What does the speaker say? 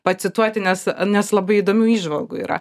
pacituoti nes nes labai įdomių įžvalgų yra